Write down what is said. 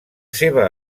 seva